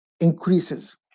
increases